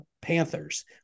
Panthers